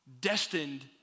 destined